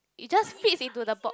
it just fit into the box